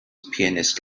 pianist